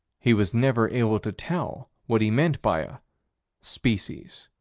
he was never able to tell what he meant by a species.